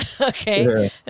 okay